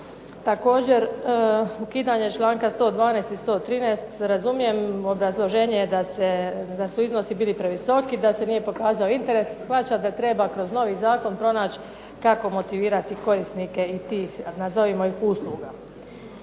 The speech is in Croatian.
Također ukidanje članka 112. i 113. razumijem obrazloženje je da su iznosi bili previsoki, da se nije pokazao interes. Shvaćam da treba kroz novi zakon pronaći kako motivirati korisnike i tih nazovimo ih usluga.